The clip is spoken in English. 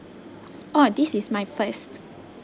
orh this is my first